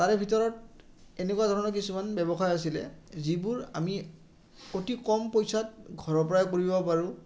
তাৰে ভিতৰত এনেকুৱা ধৰণৰ কিছুমান ব্যৱসায় আছিলে যিবোৰ আমি অতি কম পইচাত ঘৰৰ পৰাই কৰিব পাৰোঁ